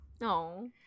no